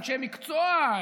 אנשי מקצוע,